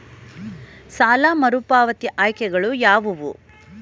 ಸಾಲ ಮರುಪಾವತಿ ಆಯ್ಕೆಗಳು ಯಾವುವು?